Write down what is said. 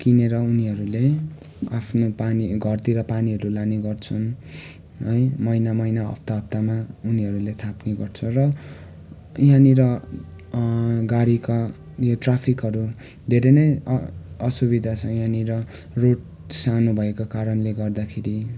किनेर उनीहरूले आफ्नो पानी घरतिर पानीहरू लाने गर्छन् है महिना महिना हप्ता हप्तामा उनीहरूले थाप्ने गर्छ र यहाँनिर गाडीका यो ट्राफिकहरू धेरै नै असुविधा छ यहाँनिर रोड सानो भएको कारणले गर्दाखेरि